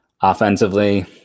Offensively